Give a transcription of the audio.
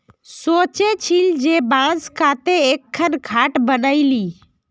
सोचे छिल जे बांस काते एकखन खाट बनइ ली